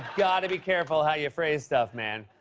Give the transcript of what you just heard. got to be careful how you phrase stuff, man.